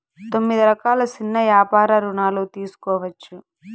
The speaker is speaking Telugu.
తొమ్మిది రకాల సిన్న యాపార రుణాలు తీసుకోవచ్చు